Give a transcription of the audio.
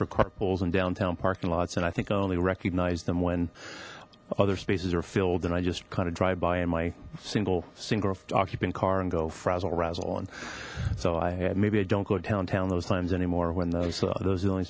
for car pools in downtown parking lots and i think i only recognized them when other spaces are filled and i just kind of drive by in my single single occupant car and go frazzle razzle and so i maybe i don't go downtown those times anymore when those those the only